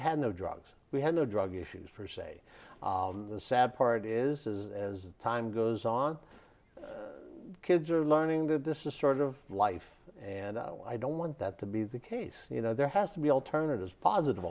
had no drugs we had no drug issues for say the sad part is as time goes on kids are learning that this is sort of life and i don't want that to be the case you know there has to be alternatives positive